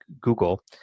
Google